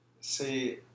see